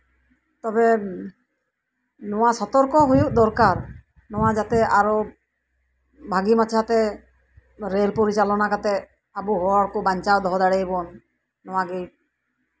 ᱛᱚᱵᱮ ᱱᱚᱶᱟ ᱥᱚᱛᱚᱨᱠᱚ ᱦᱩᱭᱩᱜ ᱫᱚᱨᱠᱟᱨ ᱱᱚᱶᱟ ᱡᱟᱛᱮ ᱟᱨᱚ ᱵᱷᱟᱹᱜᱤ ᱢᱟᱪᱷᱟᱛᱮ ᱨᱮᱞ ᱯᱚᱨᱤᱪᱟᱞᱚᱱᱟ ᱠᱟᱛᱮᱫ ᱟᱵᱚ ᱦᱚᱲᱠᱚ ᱵᱟᱧᱪᱟᱣ ᱫᱚᱦᱚ ᱫᱟᱲᱮᱭᱟᱵᱚᱱ ᱱᱚᱶᱟᱜᱮ